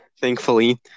Thankfully